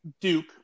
Duke